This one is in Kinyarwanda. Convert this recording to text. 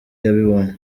yabibonye